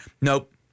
Nope